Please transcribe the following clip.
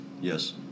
Yes